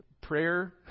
prayer